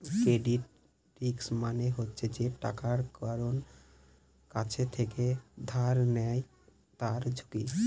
credit risk মানে হচ্ছে যে টাকা কারুর কাছ থেকে ধার নেয় তার ঝুঁকি